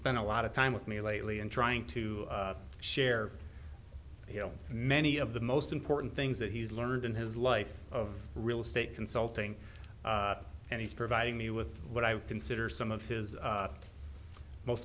spent a lot of time with me lately and trying to share you know many of the most important things that he's learned in his life of real estate consulting and he's providing me with what i consider some of his most